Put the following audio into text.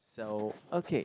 so okay